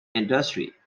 industry